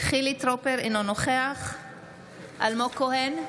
חילי טרופר, אינו נוכח אלמוג כהן,